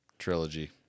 Trilogy